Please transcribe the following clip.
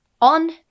On